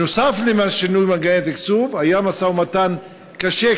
נוסף על שינוי מנגנוני התקצוב היה משא-ומתן קשה,